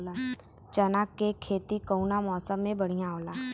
चना के खेती कउना मौसम मे बढ़ियां होला?